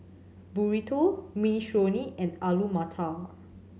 Burrito Minestrone and Alu Matar